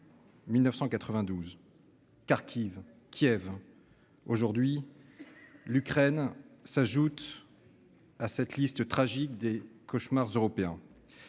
1992, Kharkiv et Kiev aujourd'hui : l'Ukraine s'ajoute à la liste tragique des cauchemars européens.